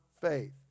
faith